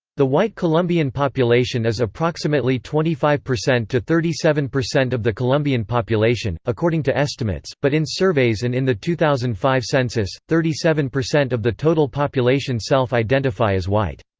the white colombian population is approximately twenty five percent to thirty seven percent of the colombian population, according to estimates, but in surveys and in the two thousand and five census, thirty seven percent of the total population self identify as white.